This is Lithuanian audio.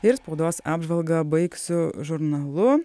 ir spaudos apžvalgą baigsiu žurnalu